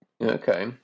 Okay